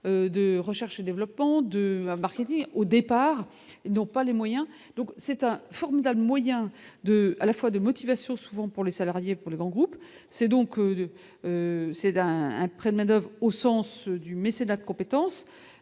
de recherche et développement de marketing au départ n'ont pas les moyens, donc c'est un formidable moyen de à la fois de motivation souvent pour les salariés, pour les grands groupes, c'est donc de céder à un prêt de au sens du mécénat de compétences